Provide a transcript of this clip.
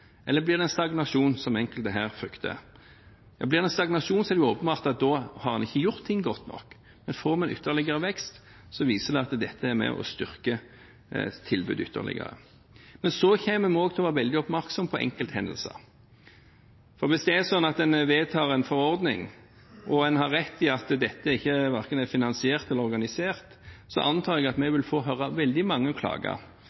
eller om det blir en stagnasjon, som enkelte her frykter. Blir det en stagnasjon, er det åpenbart at en ikke har gjort ting godt nok, men får vi en ytterligere vekst, viser det at dette er med å styrke tilbudet ytterligere. Vi kommer også til å være veldig oppmerksomme på enkelthendelser. Hvis det er slik at en vedtar en forordning, og at en har rett i at dette verken er finansiert eller organisert, antar jeg at vi